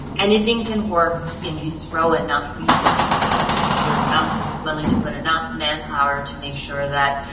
anything can work if you throw enough resources at it. if you're not willing to put enough manpower to make sure that,